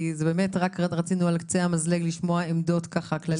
כי אנחנו באמת רק רצינו לשמוע על קצה המזלג עמדות כלליות,